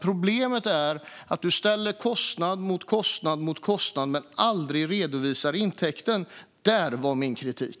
Problemet är att du ställer kostnad mot kostnad men aldrig redovisar intäkten. Det är min kritik.